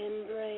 embrace